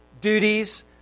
duties